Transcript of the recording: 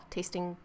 Tasting